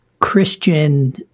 Christian